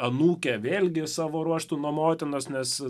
anūkę vėlgi savo ruožtu nuo motinos nes